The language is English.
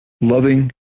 loving